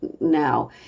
now